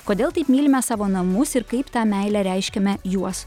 kodėl taip mylime savo namus ir kaip tą meilę reiškiame juos